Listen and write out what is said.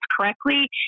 correctly